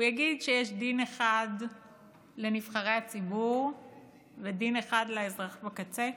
הוא יגיד שיש דין אחד לנבחרי הציבור ודין אחד לאזרח בקצה?